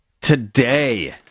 Today